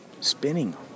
spinning